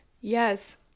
Yes